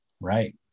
Right